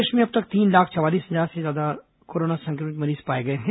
प्रदेश में अब तक तीन लाख चवालीस हजार से अधिक कोरोना संक्रमित मरीज पाए गए हैं